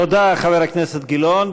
תודה, חבר הכנסת גילאון.